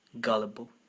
gullible